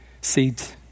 seeds